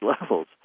levels